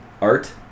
Art